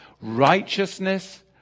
righteousness